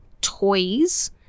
toys